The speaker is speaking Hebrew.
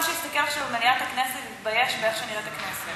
כל אדם שיסתכל עכשיו על מליאת הכנסת יתבייש באיך שנראית הכנסת.